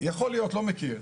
יכול להיות, לא מכיר.